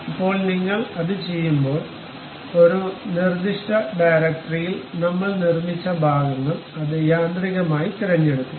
ഇപ്പോൾ നിങ്ങൾ അത് ചെയ്യുമ്പോൾ ഒരു നിർദ്ദിഷ്ട ഡയറക്ടറിയിൽ നമ്മൾ നിർമ്മിച്ച ഭാഗങ്ങൾ അത് യാന്ത്രികമായി തിരഞ്ഞെടുക്കും